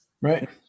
right